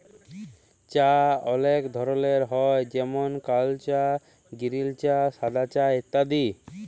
চাঁ অলেক ধরলের হ্যয় যেমল কাল চাঁ গিরিল চাঁ সাদা চাঁ ইত্যাদি